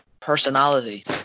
personality